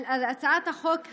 על הצעת החוק הזו,